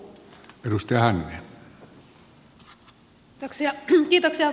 kiitoksia arvoisa puhemies